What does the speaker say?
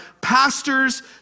pastors